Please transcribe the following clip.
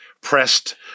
pressed